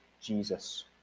Jesus